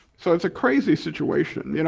so it's a crazy situation. you know